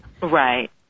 Right